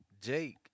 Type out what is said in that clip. Jake